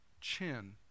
chin